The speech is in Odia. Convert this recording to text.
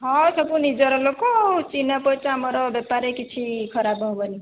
ହଁ ସବୁ ନିଜର ଲୋକ ଚିହ୍ନା ପରିଚୟ ଆମର ବେପାରରେ କିଛି ଖରାପ ହେବନି